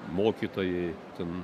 mokytojai ten